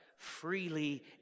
Freely